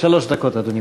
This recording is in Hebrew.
שלוש דקות, אדוני.